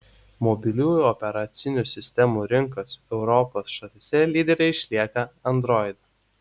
mobiliųjų operacinių sistemų rinkos europos šalyse lydere išlieka android